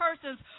persons